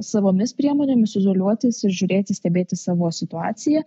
savomis priemonėmis izoliuotis ir žiūrėti stebėti savo situaciją